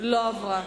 לא עברה.